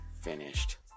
finished